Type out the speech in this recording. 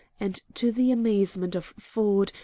and to the amazement of ford,